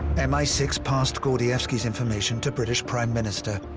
m i six passed gordievsky's information to british prime minister,